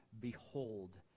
behold